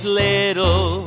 little